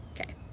okay